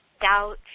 doubt